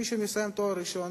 מי שמסיים תואר ראשון,